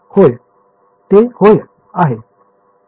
होय ते होय आहे